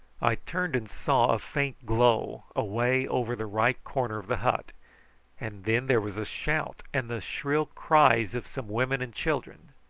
i turned and saw a faint glow away over the right corner of the hut and then there was a shout, and the shrill cries of some women and children.